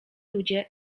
ludzie